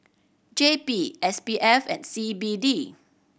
J P S P F and C B D